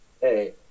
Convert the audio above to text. Hey